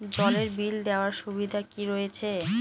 জলের বিল দেওয়ার সুবিধা কি রয়েছে?